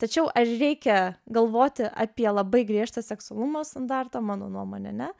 tačiau ar reikia galvoti apie labai griežtą seksualumo standartą mano nuomone ne